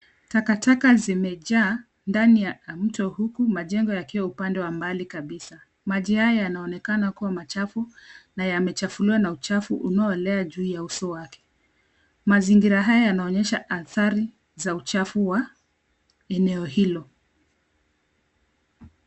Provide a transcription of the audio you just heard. Takataka zimejaa ndani ya mto huku majengo yakiwa upande wa mbali kabisa. Maji haya yanaonekana kuwa machafu na yamechafuliwa na uchafu unaoelea juu ya usu wake. Mazingira haya yanaonyesha athari za uchafu wa eneo hilo.